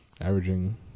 averaging